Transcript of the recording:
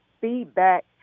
Feedback